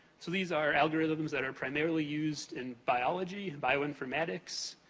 so, these are algorithms that are primarily used in biology, bioinformatics,